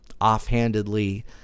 offhandedly